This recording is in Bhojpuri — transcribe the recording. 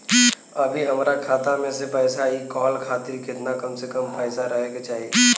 अभीहमरा खाता मे से पैसा इ कॉल खातिर केतना कम से कम पैसा रहे के चाही?